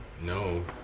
No